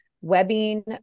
webbing